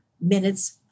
minutes